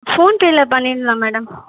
phone பேயில் பண்ணிடலாம் madam